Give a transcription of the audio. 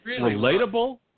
relatable